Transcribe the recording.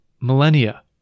millennia